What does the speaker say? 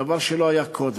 דבר שלא היה קודם.